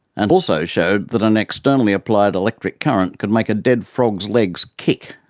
and also showed that an externally applied electric current could make a dead frog's legs kick.